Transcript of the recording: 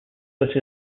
such